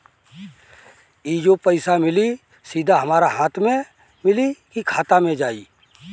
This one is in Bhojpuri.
ई जो पइसा मिली सीधा हमरा हाथ में मिली कि खाता में जाई?